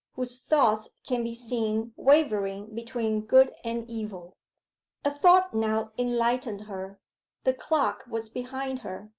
whose thoughts can be seen wavering between good and evil a thought now enlightened her the clock was behind her,